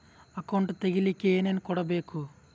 Account ತೆಗಿಲಿಕ್ಕೆ ಏನೇನು ಕೊಡಬೇಕು?